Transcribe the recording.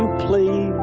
and please,